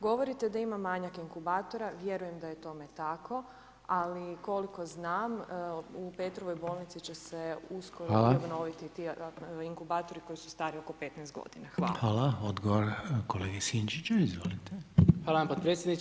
Govorite da ima manjak inkubatora, vjerujem da je tome tako, ali koliko znam u Petrovoj bolnici će se uskoro [[Upadica: Hvala.]] obnoviti ti inkubatori koji su stari oko 15 godina.